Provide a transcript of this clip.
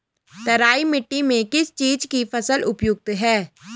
तराई मिट्टी में किस चीज़ की फसल उपयुक्त है?